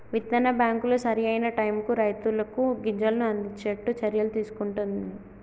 విత్తన బ్యాంకులు సరి అయిన టైముకు రైతులకు గింజలను అందిచేట్టు చర్యలు తీసుకుంటున్ది